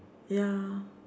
ya